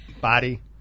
body